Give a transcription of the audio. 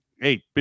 hey